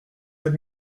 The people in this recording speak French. sept